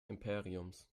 imperiums